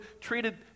treated